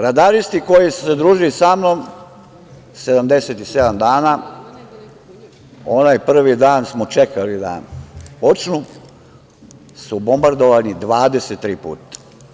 Radaristi koji su se družili sa mnom 77 dana, onaj prvi dan smo čekali da počnu, su bombardovani 23 puta.